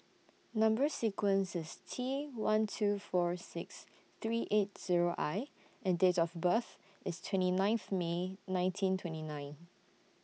Number sequence IS T one two four six three eight Zero I and Date of birth IS twenty ninth May nineteen twenty nine